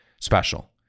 special